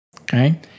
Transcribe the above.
Okay